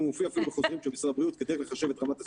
הוא מופיע אפילו בחוזרים של משרד הבריאות כדרך לחשב את רמת הסיכון.